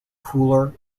cooler